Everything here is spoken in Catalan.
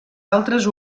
altres